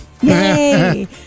yay